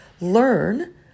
learn